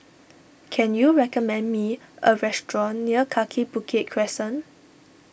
can you recommend me a restaurant near Kaki Bukit Crescent